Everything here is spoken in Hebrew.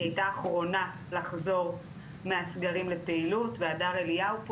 היא הייתה אחרונה לחזור מהסגרים לפעילות והדר אליהו פה